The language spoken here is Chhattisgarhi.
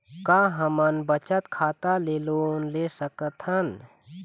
का हमन बचत खाता ले लोन सकथन?